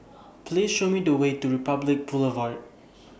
Please Show Me The Way to Republic Boulevard